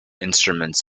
instruments